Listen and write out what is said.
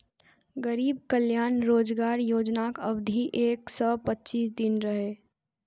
गरीब कल्याण रोजगार योजनाक अवधि एक सय पच्चीस दिन रहै